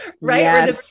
right